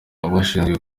abajijwe